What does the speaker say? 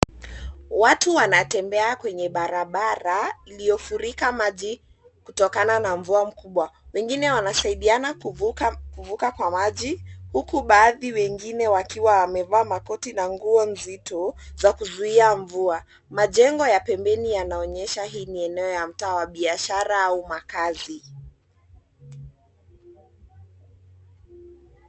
Watu wanatembea kwenye barabara iliyofurika maji kutokana na mvua mkubwa. Wengine wanasaidiana kuvuka kwa maji huku baadhi wengine wakiwa wamevaa makoti na nguo mzito za kuzuia mvua. Majengo ya pembeni yanaonesha hii ni eneo ya mtaa wa biashara au makazi.